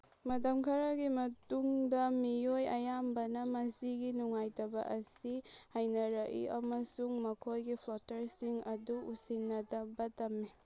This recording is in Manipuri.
ꯃꯇꯝ ꯈꯔꯒꯤ ꯃꯇꯨꯡꯗ ꯃꯤꯑꯣꯏ ꯑꯌꯥꯝꯕꯅ ꯃꯁꯤꯒꯤ ꯅꯨꯡꯉꯥꯏꯇꯕ ꯑꯁꯤ ꯍꯩꯅꯔꯛꯏ ꯑꯃꯁꯨꯡ ꯃꯈꯣꯏꯒꯤ ꯐ꯭ꯂꯣꯇꯔꯁꯤꯡ ꯑꯗꯨ ꯎꯁꯤꯟꯅꯗꯕ ꯇꯝꯃꯤ